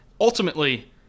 Ultimately